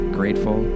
grateful